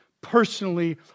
personally